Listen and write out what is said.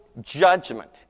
judgment